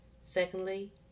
Secondly